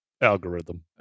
algorithm